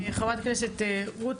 חה"כ רות,